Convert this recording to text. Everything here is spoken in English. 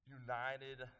united